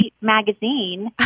magazine